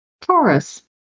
Taurus